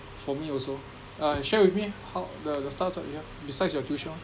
for me also uh share with me eh how the the startups that you have besides your tuition [one]